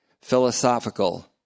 philosophical